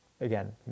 again